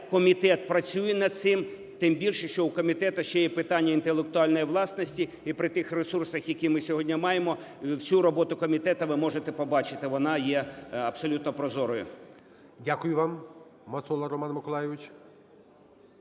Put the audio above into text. комітет працює над цим, тим більше, що у комітету ще є питання інтелектуальної власності. І при тих ресурсах, які ми сьогодні маємо, всю роботу комітету ви можете побачити, вона є абсолютно прозорою. ГОЛОВУЮЧИЙ. Дякую вам. МацолаРоман Миколайович.